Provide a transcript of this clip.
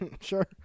Sure